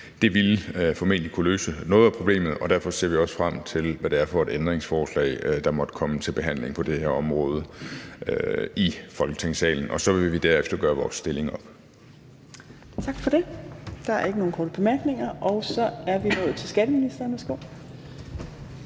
Det ville formentlig kunne løse noget af problemet, og derfor ser vi også frem til, hvad det er for et ændringsforslag, der måtte komme til behandling på det her område i Folketingssalen. Og så vil vi derefter gøre vores stilling op.